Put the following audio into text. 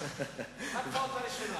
הם מקבלים ביטוח בריאות ממלכתי.